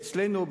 אצלנו,